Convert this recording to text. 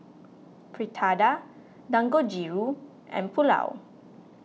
Fritada Dangojiru and Pulao